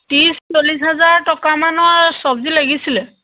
ত্ৰিছ চল্লিছ হাজাৰ টকামানৰ চব্জি লাগিছিলে